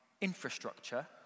infrastructure